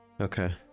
Okay